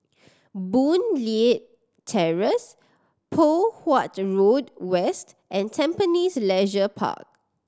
Boon Leat Terrace Poh Huat Road West and Tampines Leisure Park